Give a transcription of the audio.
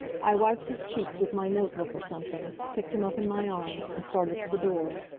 i wiped his cheeks with my notebook or something, picked him up in my arms, and started for the door.